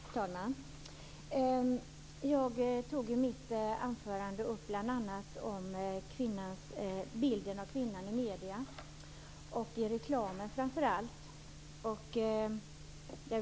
Fru talman! Jag tog i mitt anförande bl.a. upp bilden av kvinnan i medierna och framför allt i reklamen.